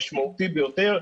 המשמעותי ביותר.